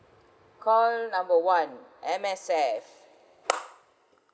call number one M_S_F